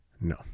No